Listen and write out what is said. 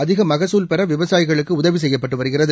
அதிகமகசூல் பெறவிவசாயிகளுக்குஉதவிசெய்யப்பட்டுவருகிறது